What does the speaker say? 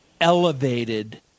elevated